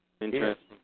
Interesting